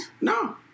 No